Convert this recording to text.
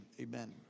amen